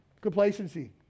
Complacency